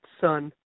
son